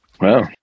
Wow